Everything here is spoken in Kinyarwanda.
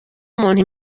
umuntu